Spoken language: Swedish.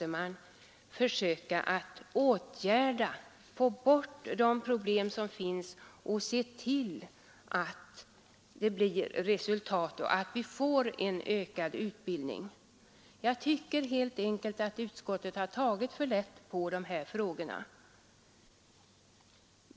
min mening försöka få bort de problem som finns och se till att det blir ett resultat, som medför att vi får fram talpedagoger och logopeder. Jag tycker helt enkelt att utskottet har tagit för lätt på de här frågorna.